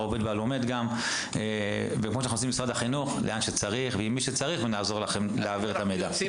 העובד והלומד.׳ נשב עם מי שצריך ונגיע לאן שצריך